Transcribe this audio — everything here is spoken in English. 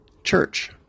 church